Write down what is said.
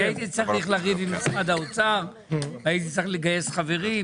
אני הייתי צריך לריב עם משרד האוצר הייתי צריך לגייס חברים,